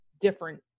different